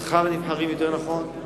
שכר נבחרים יותר נכון,